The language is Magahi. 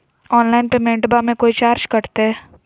ऑनलाइन पेमेंटबां मे कोइ चार्ज कटते?